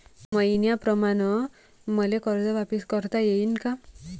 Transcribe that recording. मईन्याप्रमाणं मले कर्ज वापिस करता येईन का?